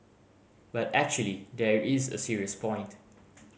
but actually there is a serious point